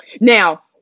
Now